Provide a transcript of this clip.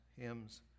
hymns